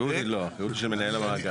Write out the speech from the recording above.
לא, האחריות היא של מנהל המאגר.